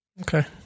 okay